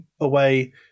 away